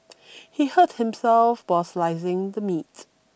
he hurt himself while slicing the meat